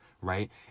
right